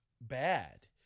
bad